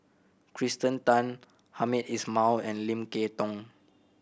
Kirsten Tan Hamed Ismail and Lim Kay Tong